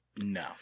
No